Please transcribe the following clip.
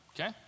okay